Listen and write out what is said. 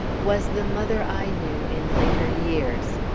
was the mother i knew in later years.